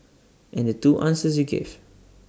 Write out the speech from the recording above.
and the two answers you gave